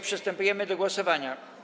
Przystępujemy do głosowania.